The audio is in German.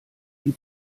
die